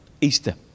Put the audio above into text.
Easter